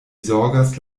zorgas